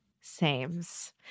Sames